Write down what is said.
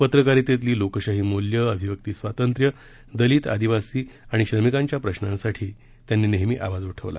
पत्रकारितेतील लोकशाही मूल्य अभिव्यक्ती स्वातंत्र्य दलित आदिवासी आणि श्रमिकांच्या प्रश्रांसाठी त्यांनी नेहमी आवाज उठवला